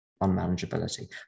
unmanageability